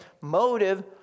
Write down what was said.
motive